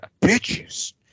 bitches